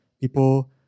people